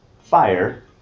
fire